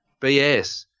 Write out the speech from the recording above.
BS